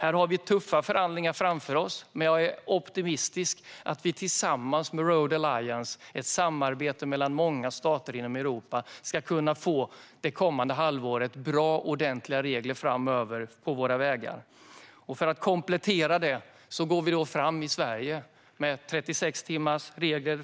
Vi har tuffa förhandlingar om detta framför oss, men jag är optimistisk och tror att vi under det kommande halvåret tillsammans med Road Alliance, ett samarbete mellan många stater i Europa, ska kunna få till bra och ordentliga regler på våra vägar. För att komplettera detta går vi i Sverige fram med en regel om 36timmarsklampning på fordonen.